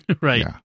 Right